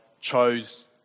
chose